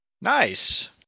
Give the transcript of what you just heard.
Nice